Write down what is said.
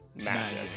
magic